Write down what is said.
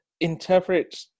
interpret